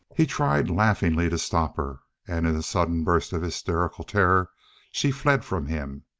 he tried laughingly to stop her, and in a sudden burst of hysterical terror she fled from him.